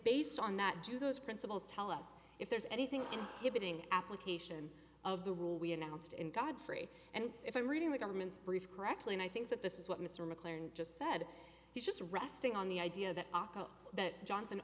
based on that do those principles tell us if there's anything and giving application of the rule we announced in godfrey and if i'm reading the government's brief correctly and i think that this is what mr mclaren just said he's just resting on the idea that aco that johnson